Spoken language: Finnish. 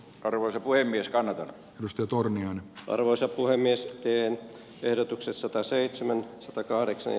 arvoisa puhemies kannata nostotorni on arvoisa puhemies teen ehdotuksen sataseitsemän satakahdeksan